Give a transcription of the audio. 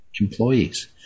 employees